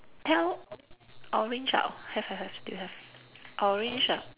tell orange ah have have have still have orange ah